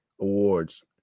Awards